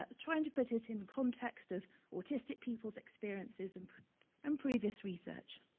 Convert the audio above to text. ah trying to put it in context of autistic people's experiences and um previous research.